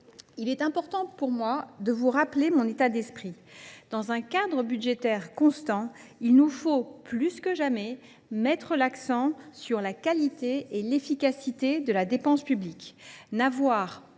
la première. Je tiens à vous rappeler quel est mon état d’esprit. Dans un cadre budgétaire constant, il nous faut plus que jamais mettre l’accent sur la qualité et l’efficacité de la dépense publique,